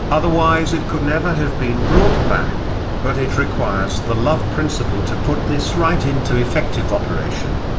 otherwise it could never have been brought back but it requires the love principle to put this right into effective operation.